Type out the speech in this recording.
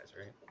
right